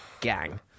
gang